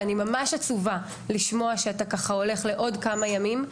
ואני ממש עצובה לשמוע שאתה הולך לעוד כמה ימים,